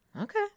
Okay